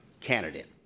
candidate